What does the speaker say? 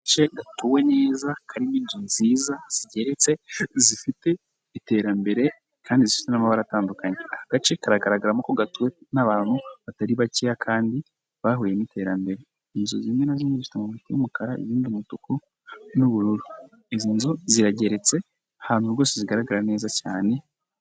Agace gatuwe neza, karimo inzu nziza zigeretse, zifite iterambere kandi zifite n'amabara atandukanye. Aka gace kagaragaramo ko gatuwe n'abantu batari bakeya kandi bahuye n'iterambere. Inzu zimwe na zimwe zifite ibara ry'umukara, izindi umutuku n'ubururu, izi nzu zirageretse, ahantu hose zigaragara neza cyane.